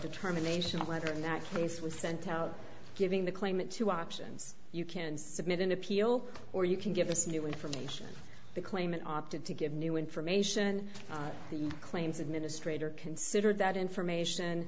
determination whether in that case was sent out giving the claimant two options you can submit an appeal or you can give us new information the claimant opted to give new information the claims administrator considered that information